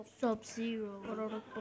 Sub-Zero